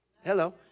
Hello